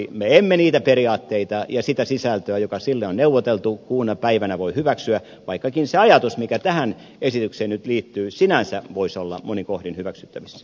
me emme niitä periaatteita ja sitä sisältöä joka sille on neuvoteltu kuuna päivänä voi hyväksyä vaikkakin se ajatus mikä tähän esitykseen nyt liittyy sinänsä voisi olla monin kohdin hyväksyttävissä